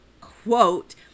quote